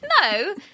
No